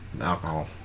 alcohol